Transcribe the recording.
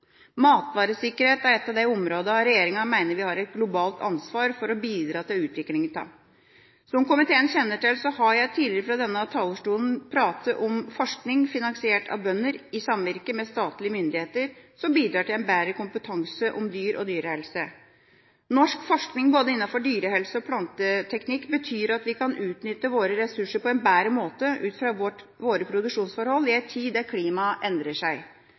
Matvaresikkerhet er et av de områdene hvor regjeringa mener at vi har et globalt ansvar for å bidra til utviklinga av. Som komiteen kjenner til, har jeg tidligere fra denne talerstolen snakket om forskning finansiert av bønder i samvirke med statlige myndigheter som bidrar til bedre kompetanse om dyr og dyrehelse. Norsk forskning både innenfor dyrehelse og planteteknikk betyr at vi kan utnytte våre ressurser på en bedre måte utfra våre produksjonsforhold i en tid der klimaet endrer seg.